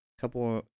couple